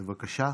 בבקשה.